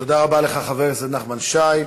תודה לך, חבר הכנסת נחמן שי.